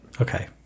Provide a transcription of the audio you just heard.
Okay